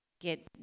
get